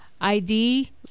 id